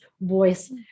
voice